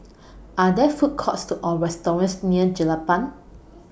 Are There Food Courts Or restaurants near Jelapang